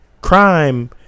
Crime